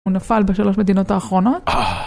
הוא נפל בשלוש מדינות האחרונות?